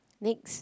next